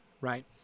Right